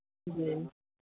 जी